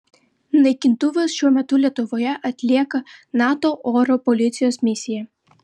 naikintuvas šiuo metu lietuvoje atlieka nato oro policijos misiją